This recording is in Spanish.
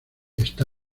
está